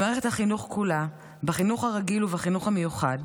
במערכת החינוך כולה, בחינוך הרגיל ובחינוך המיוחד,